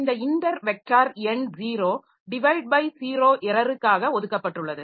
இந்த inter vector எண் 0 divide by 0 எரருக்காக ஒதுக்கப்பட்டுள்ளது